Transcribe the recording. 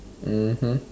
mmhmm